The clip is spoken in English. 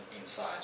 inside